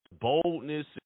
boldness